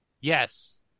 Yes